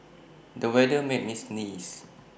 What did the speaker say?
the weather made me sneeze